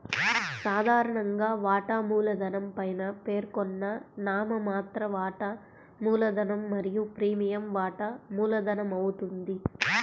సాధారణంగా, వాటా మూలధనం పైన పేర్కొన్న నామమాత్ర వాటా మూలధనం మరియు ప్రీమియం వాటా మూలధనమవుతుంది